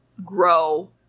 grow